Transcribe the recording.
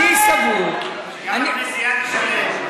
אני סבור, שגם הכנסייה תשלם.